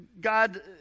God